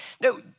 No